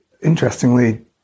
Interestingly